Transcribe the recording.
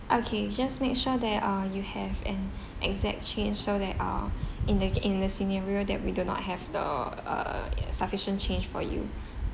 okay just make sure that uh you have an exact change so that uh in the in the scenario that we do not have the uh sufficient change for you